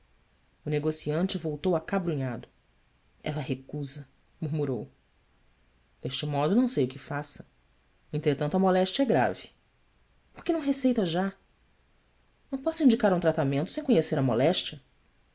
o negociante voltou acabrunhado la recusa murmurou este modo não sei o que faça entretanto a moléstia é grave or que não receita já ão posso indicar um tratamento sem conhecer a moléstia